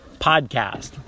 podcast